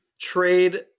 trade